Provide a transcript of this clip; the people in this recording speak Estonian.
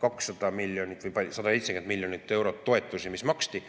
200 miljonit või 170 miljonit eurot toetusi, mis maksti,